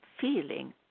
feeling